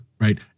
right